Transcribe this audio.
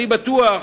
אני בטוח